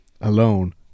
alone